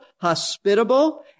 hospitable